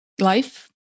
life